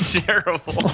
terrible